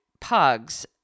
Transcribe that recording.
pugs